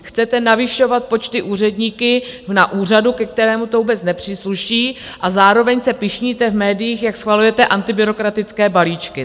Chcete navyšovat počty úředníků na úřadu, ke kterému to vůbec nepřísluší, a zároveň se pyšníte v médiích, jak schvalujete antibyrokratické balíčky.